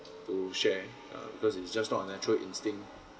to share uh because it's just not a natural instinct